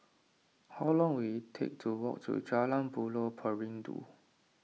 how long will it take to walk to Jalan Buloh Perindu